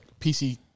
PC